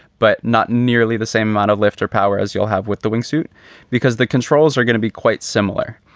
but not nearly the same amount of lift or power as you'll have with the wingsuit because the controls are going to be quite similar.